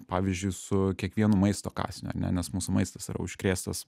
pavyzdžiui su kiekvienu maisto kąsniu ar ne nes mūsų maistas yra užkrėstas